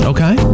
Okay